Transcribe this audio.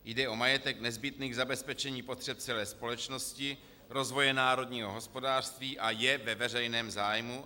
Jde o majetek nezbytný k zabezpečení potřeb celé společnosti, rozvoje národního hospodářství a je ve veřejném zájmu,